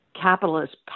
capitalist